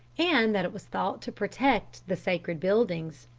and that it was thought to protect the sacred buildings.